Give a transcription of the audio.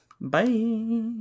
Bye